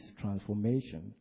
transformation